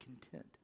content